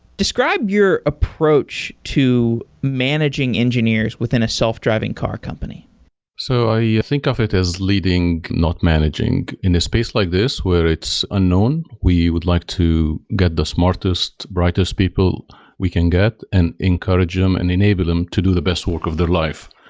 describe your approach to managing engineers within a self-driving car company so i think of it as leading, not managing. in space like this where it's unknown, we would like to get the smartest, brightest people we can get and encourage them and enable them to do the best work of their life.